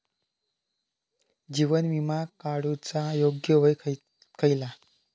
जीवन विमा काडूचा योग्य वय खयला?